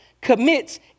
commits